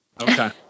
Okay